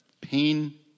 pain